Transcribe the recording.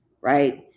right